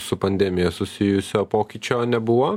su pandemija susijusio pokyčio nebuvo